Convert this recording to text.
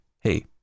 hey